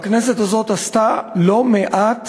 הכנסת הזאת עשתה לא מעט